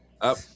up